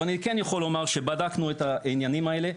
אבל כן אני יכול לומר שבדקנו את העניינים האלה,